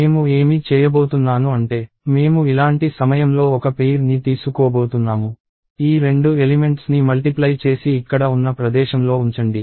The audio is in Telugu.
మేము ఏమి చేయబోతున్నాను అంటే మేము ఇలాంటి సమయంలో ఒక పెయిర్ ని తీసుకోబోతున్నాము ఈ రెండు ఎలిమెంట్స్ ని మల్టిప్లై చేసి ఇక్కడ ఉన్న ప్రదేశంలో ఉంచండి